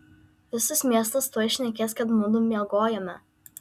visas miestas tuoj šnekės kad mudu miegojome